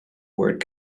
word